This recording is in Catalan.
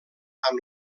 amb